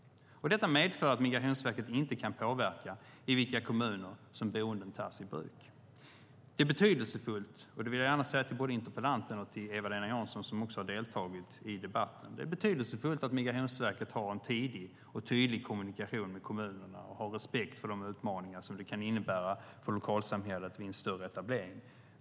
Detta medför att Migrationsverket inte kan påverka i vilka kommuner som boenden tas i bruk. Det är betydelsefullt - det vill jag gärna säga till både interpellanten och till Eva-Lena Jansson som också har deltagit i debatten - att Migrationsverket har en tidig och tydlig kommunikation med kommunerna och har respekt för de utmaningar som det kan innebära för lokalsamhället vid en större etablering.